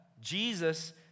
Jesus